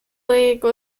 league